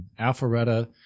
Alpharetta